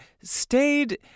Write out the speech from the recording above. stayed